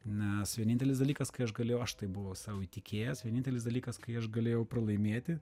nes vienintelis dalykas kai aš galėjau aš tai buvo sau įtikėjęs vienintelis dalykas kai aš galėjau pralaimėti